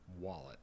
wallet